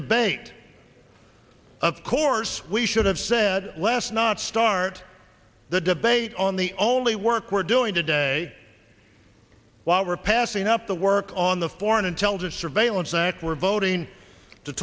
debate of course we should have said less not start the debate on the only work we're doing today while we're passing up the work on the foreign intelligence surveillance act we're voting to